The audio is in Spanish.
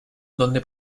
donde